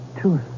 Two